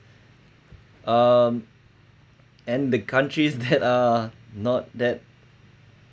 um and the countries that are not that